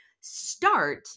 start